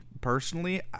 personally